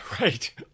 Right